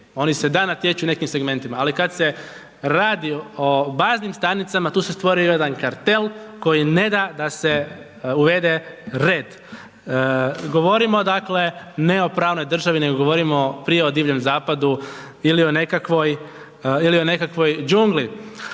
oni se da, natječu u nekim segmentima ali kad se radi o baznim stanicama, tu se stvori jedan kartel koji ne da se uvede red. Govorimo dakle ne o pravnoj državi, nego govorimo prije o Divljem zapadu ili nekakvoj džungli.